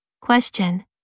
Question